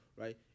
right